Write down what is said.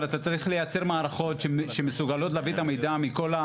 אבל אתה צריך לייצר מערכות שמסוגלות להביא את המידע מכל,